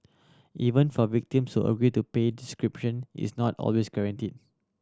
even for victims who agree to pay decryption is not always guarantees